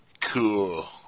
cool